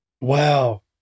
Wow